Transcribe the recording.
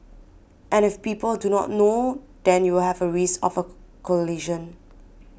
and if people do not know then you have a risk of a collision